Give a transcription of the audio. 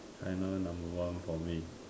China number one for me